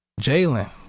Jalen